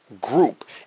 group